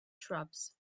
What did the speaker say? shrubs